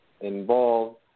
involved